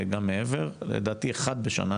לדעתי אחד בשנה,